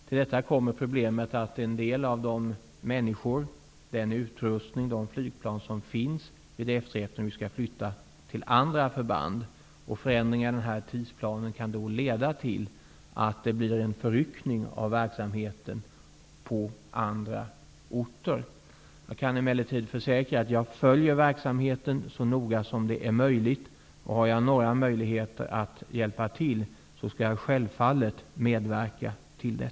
Till detta kommer problemet med att en del av de människor, den utrustning och de flygplan som finns vid F 13 nu skall förflyttas till andra förband. Förändringar i denna tidsplan kan då leda till att det blir en förryckning av verksamheten på andra orter. Jag kan emellertid bedyra att jag följer verksamheten så noga som det är möjligt. Om jag har några möjligheter att hjälpa till skall jag självfallet medverka till det.